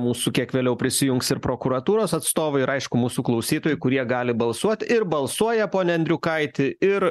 mūsų kiek vėliau prisijungs ir prokuratūros atstovai ir aišku mūsų klausytojai kurie gali balsuot ir balsuoja pone andriukaiti ir